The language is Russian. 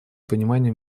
пониманию